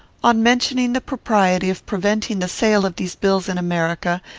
on mentioning the propriety of preventing the sale of these bills in america,